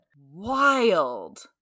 Wild